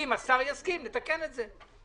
אם השר יסכים, לתקן את זה.